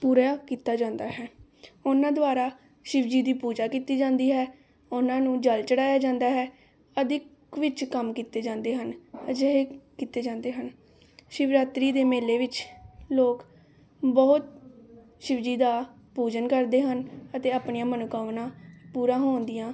ਪੂਰਾ ਕੀਤਾ ਜਾਂਦਾ ਹੈ ਉਹਨਾਂ ਦੁਆਰਾ ਸ਼ਿਵਜੀ ਦੀ ਪੂਜਾ ਕੀਤੀ ਜਾਂਦੀ ਹੈ ਉਹਨਾਂ ਨੂੰ ਜਲ ਚੜ੍ਹਾਇਆ ਜਾਂਦਾ ਹੈ ਅਧਿਕ ਵਿੱਚ ਕੰਮ ਕੀਤੇ ਜਾਂਦੇ ਹਨ ਅਜਿਹੇ ਕੀਤੇ ਜਾਂਦੇ ਹਨ ਸ਼ਿਵਰਾਤਰੀ ਦੇ ਮੇਲੇ ਵਿੱਚ ਲੋਕ ਬਹੁਤ ਸ਼ਿਵਜੀ ਦਾ ਪੂਜਨ ਕਰਦੇ ਹਨ ਅਤੇ ਆਪਣੀਆਂ ਮਨੋਕਾਮਨਾ ਪੂਰਾ ਹੋਣ ਦੀਆਂ